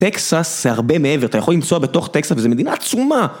טקסס זה הרבה מעבר, אתה יכול למצוא בתוך טקסס וזו מדינה עצומה.